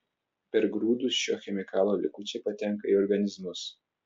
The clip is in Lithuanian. per grūdus šio chemikalo likučiai patenka į organizmus